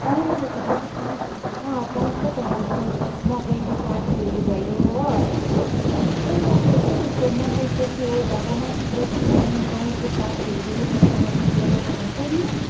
पाउँदोरहेछ त सबै पाउँछ त मकैको सातुहरू भयो हो अनि पुरा ल्याएको रहेछ हौ त्यस्तो मकैको थियो भटमासको थियो अनि गहुँको सातुहरू जाँतोमा पिसेर बनाएको हुन्छ नि